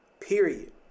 Period